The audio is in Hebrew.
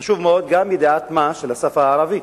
וחשובה מאוד גם ידיעת מה של השפה הערבית.